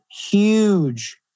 huge